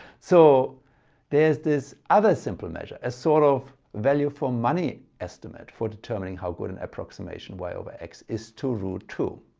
so there's this other simple measure, a sort of value for money estimate for determining how good an approximation y over x is to root two.